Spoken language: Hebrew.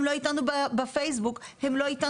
הם לא איתנו בפייסבוק ובאינסטגרם,